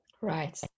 Right